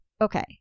Okay